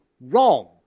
wrong